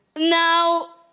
now